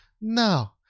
no